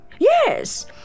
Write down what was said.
Yes